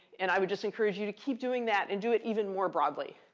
and i would just encourage you to keep doing that, and do it even more broadly.